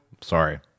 Sorry